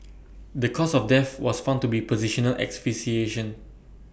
the cause of death was found to be positional asphyxiation